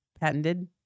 patented